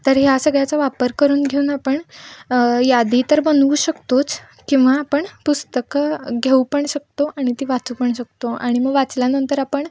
तर ह्या सगळ्याचा वापर करून घेऊन आपण यादी तर बनवू शकतोच किंवा आपण पुस्तकं घेऊ पण शकतो आणि ती वाचू पण शकतो आणि मग वाचल्यानंतर आपण